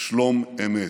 שלום אמת".